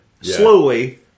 slowly